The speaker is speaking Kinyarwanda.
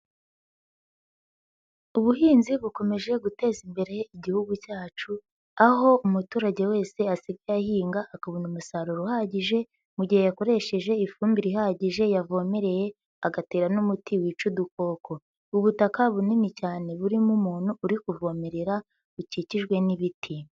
Ubuhinzi bukomeje guteza imbere igihugu cyacu, aho umuturage wese asigaye ahinga akabona umusaruro uhagije mu gihe yakoresheje ifumbire ihagije, yavomereye agatera n'umuti wica udukoko. Ubutaka bunini cyane burimo umuntu uri kuvomerera bukikijwe n'ibiti.